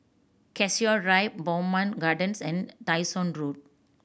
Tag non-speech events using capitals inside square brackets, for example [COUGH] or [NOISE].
Cassia Drive Bowmont Gardens and Dyson [UNINTELLIGIBLE]